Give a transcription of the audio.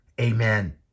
Amen